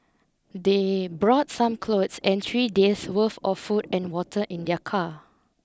they brought some clothes and three days worth of food and water in their car